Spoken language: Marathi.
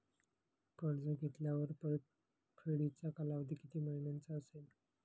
कर्ज घेतल्यावर परतफेडीचा कालावधी किती महिन्यांचा असेल?